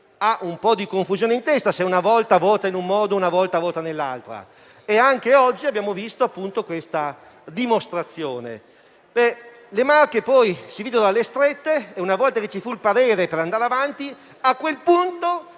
un po' di confusione in testa se una volta vota in un modo e una volta nell'altro. Anche oggi abbiamo avuto questa dimostrazione. Le Marche, poi, si videro alle strette e, una volta avuto il parere per andare avanti, comprovando